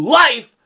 life